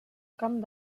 camp